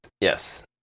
Yes